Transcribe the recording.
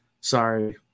sorry